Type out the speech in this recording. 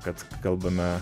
kad kalbame